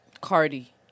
Cardi